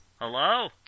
Hello